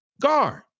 guard